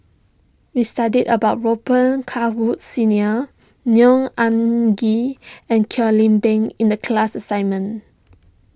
we studied about Robet Carr Woods Senior Neo Anngee and Kwek Leng Beng in the class assignment